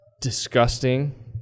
disgusting